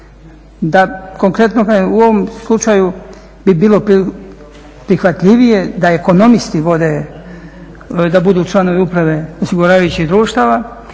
Konkretno u ovom slučaju bi bilo prihvatljivije da ekonomisti vode, da budu članovi uprave osiguravajućih društava,